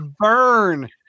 burn